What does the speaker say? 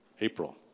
April